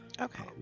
Okay